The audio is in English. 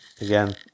Again